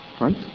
right